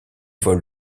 vol